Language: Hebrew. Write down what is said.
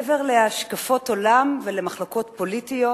מעבר להשקפות עולם ולמחלוקות פוליטיות,